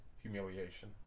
humiliation